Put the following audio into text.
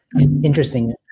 Interesting